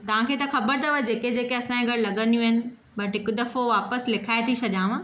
तव्हांखे त ख़बरु अथव जेके जेके असांजे घरु लॻंदियूं आहिनि बट हिकु दफ़ो वापसि लिखाए थी छॾियांव